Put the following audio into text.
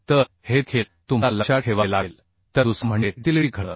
तर हे देखील तुम्हाला लक्षात ठेवावे लागेल तर दुसरा म्हणजे डक्टिलिटी घटक